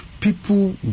people